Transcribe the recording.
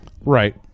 Right